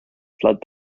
flood